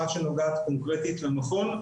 אחת שנוגעת קונקרטית למכון,